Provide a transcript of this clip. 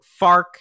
FARC